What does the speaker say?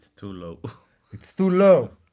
too low it's too low.